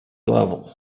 level